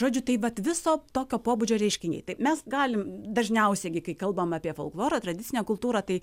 žodžiu tai vat viso tokio pobūdžio reiškiniai tai mes galim dažniausiai gi kai kalbam apie folkloro tradicinę kultūrą tai